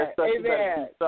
Amen